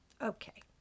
okay